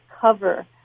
cover